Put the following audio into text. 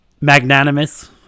magnanimous